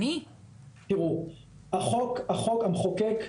החוק, המחוקק,